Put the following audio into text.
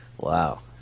Wow